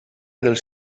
dels